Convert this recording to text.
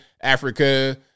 Africa